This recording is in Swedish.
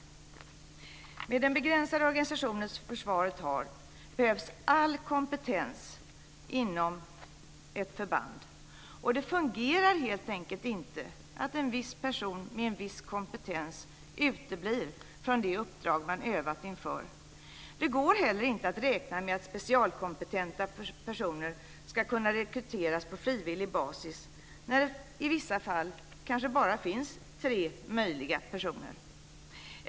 Med den begränsade organisation som försvaret har behövs all kompetens inom ett förband. Det fungerar helt enkelt inte att en viss person med en viss kompetens uteblir från det uppdrag man har övat inför. Det går heller inte att räkna med att specialkompetenta personer ska kunna rekryteras på frivillig basis, när det i vissa fall kanske bara finns tre möjliga personer.